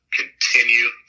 continue